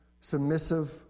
submissive